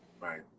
right